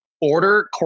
order